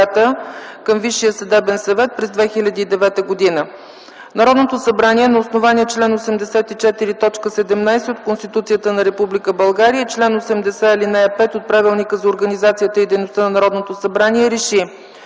към Висшия съдебен съвет през 2009 г. Народното събрание, на основание чл. 84, т. 17 от Конституцията на Република България и чл. 80, ал. 5 от Правилника за организацията и дейността на Народното събрание,